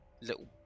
little